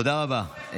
תודה רבה.